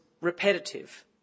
repetitive